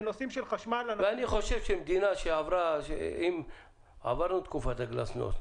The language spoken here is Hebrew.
בנושאים של חשמל אנחנו --- עברנו את תקופת הגלסנוסט,